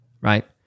right